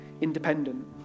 independent